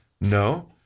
No